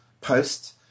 post